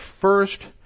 first